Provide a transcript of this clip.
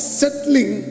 settling